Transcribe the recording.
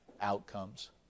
outcomes